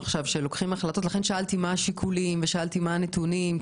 לכן שאלתי מה השיקולים והנתונים.